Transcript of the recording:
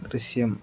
ദൃശ്യം